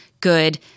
good